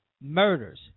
murders